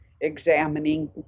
examining